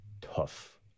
tough